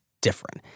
different